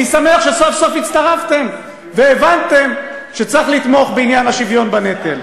אני שמח שסוף-סוף הצטרפתם והבנתם שצריך לתמוך בעניין השוויון בנטל.